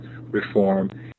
reform